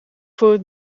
voor